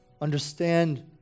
Understand